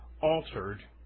altered